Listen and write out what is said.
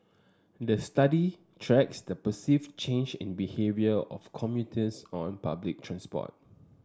the study tracks the perceived change in behaviour of commutes on public transport